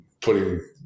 putting